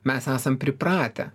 mes esam pripratę